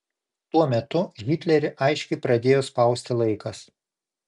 tuo metu hitlerį aiškiai pradėjo spausti laikas